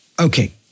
Okay